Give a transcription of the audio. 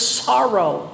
sorrow